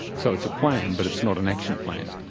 so it's a plan, but it's not an action plan?